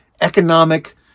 economic